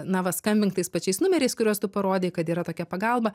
na va skambink tais pačiais numeriais kuriuos tu parodei kad yra tokia pagalba